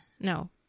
no